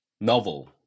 novel